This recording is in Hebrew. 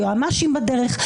היועמ"שים בדרך.